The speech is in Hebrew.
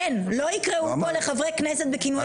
אין, לא יקראו פה לחברי כנסת בכינוי גנאי.